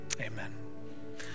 Amen